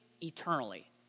eternally